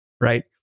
right